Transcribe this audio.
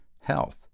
health